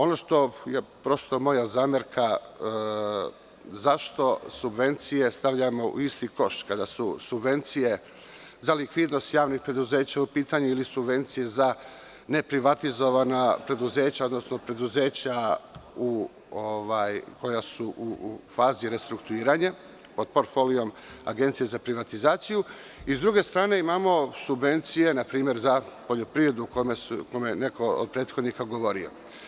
Ono što je moja zamerka jeste zašto subvencije stavljamo u isti koš kada su subvencije za likvidnost javnih preduzeća u pitanju ili subvencije za neprivatizovana preduzeća, odnosno preduzeća koja su u fazi restrukturiranja, pod portfolijom Agencije za privatizaciju i, s druge strane, imamo subvencije za poljoprivredu, o čemu je neko od prethodnika govorio.